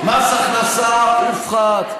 מס הכנסה הופחת.